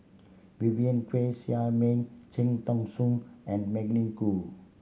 Vivien Quahe Seah Mei Cham Tao Soon and Magdalene Khoo